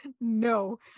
No